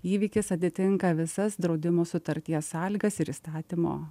įvykis atitinka visas draudimo sutarties sąlygas ir įstatymo